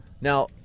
Now –